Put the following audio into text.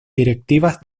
directivas